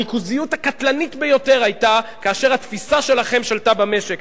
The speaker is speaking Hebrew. הריכוזיות הקטלנית ביותר היתה כאשר התפיסה שלכם שלטה במשק,